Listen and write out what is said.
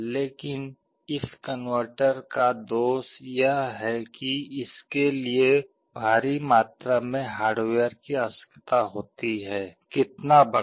लेकिन इस कनवर्टर का दोष यह है कि इसके लिए भारी मात्रा में हार्डवेयर की आवश्यकता होती है कितना बड़ा